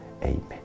Amen